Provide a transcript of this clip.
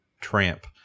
tramp